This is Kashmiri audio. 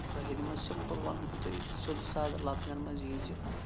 فٲیِدٕ منٛد سِمپٕل وَنہٕ بہٕ تۄہہِ سیوٚد سادٕ لفظن منٛز یی زِ